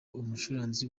umucuranzi